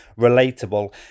relatable